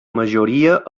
majoria